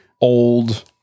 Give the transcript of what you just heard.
old